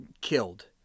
killed